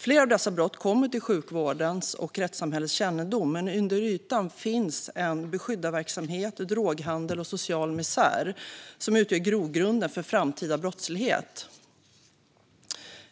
Flera av dessa brott kommer till sjukvårdens och rättssamhällets kännedom, men under ytan finns beskyddarverksamhet, droghandel och social misär som utgör grogrunden för framtida brottslighet.